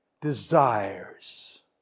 desires